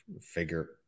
figure